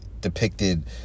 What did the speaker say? depicted